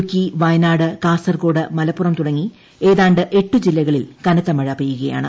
ഇടുക്കിവയനാട് കാസർകോട് മലപ്പുറം തുടങ്ങി ഏതാണ്ട് എട്ടു ജില്ലകളിൽ കനത്ത മഴ പെയ്യുകയാണ്